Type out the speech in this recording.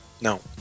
No